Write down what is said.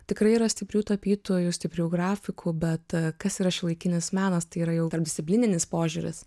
tikrai yra stiprių tapytojų stiprių grafikų bet kas yra šiuolaikinis menas tai yra jau tarpdisciplininis požiūris